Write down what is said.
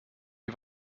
die